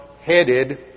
headed